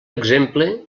exemple